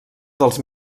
dels